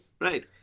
right